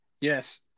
Yes